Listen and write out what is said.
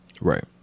Right